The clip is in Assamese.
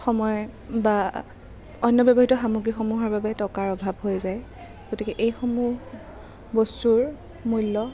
সময়ে বা অন্য় ব্য়ৱহৃত সামগ্ৰীসমূহৰ বাবে টকাৰ অভাৱ হৈ যায় গতিকে এইসমূহ বস্তুৰ মূল্য়